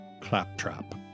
claptrap